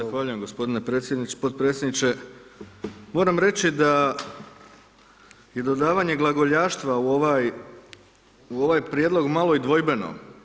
Zahvaljujem gospodine podpredsjedniče, moram reći da je dodavanje glagoljaštva u ovaj, u ovaj prijedlog malo i dvojbeno.